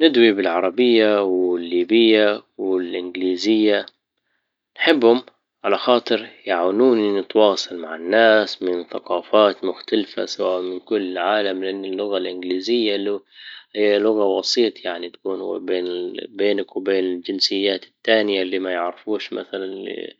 ندوي بالعربية والليبية والانجليزية نحبهم على خاطر يعاونوني نتواصل مع الناس من ثقافات مختلفة سواء من كل العالم لان اللغة الانجليزية له هي لغة وسيط يعني تكون بين- بينك وبين الجنسيات التانية اللي ميعرفوش مثلا لي